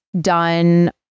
done